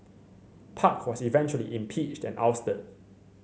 park was eventually impeached and ousted